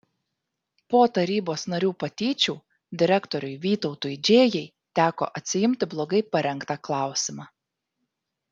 po tarybos narių patyčių direktoriui vytautui džėjai teko atsiimti blogai parengtą klausimą